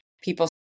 people